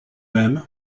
même